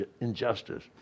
injustice